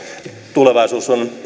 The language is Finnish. tulevaisuus on